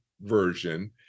version